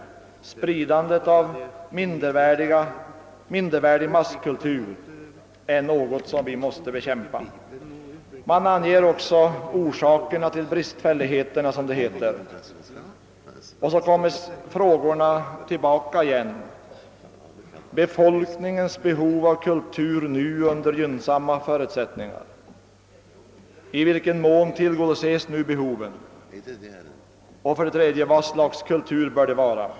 Spridandet av en mindervärdig masskultur är något vi måste bekämpa. Man anger också, som det heter, orsakerna till bristfälligheterna och för fram följande frågor: 2) I vilken mån tillgodoses nu behoven? 3) Vad slags kultur bör det vara?